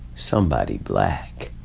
somebody black.